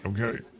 Okay